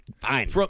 fine